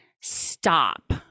Stop